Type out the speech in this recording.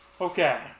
Okay